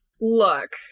look